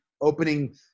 opening